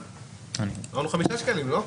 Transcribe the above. כפול חמישה שקלים, לא?